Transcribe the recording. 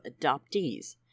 adoptees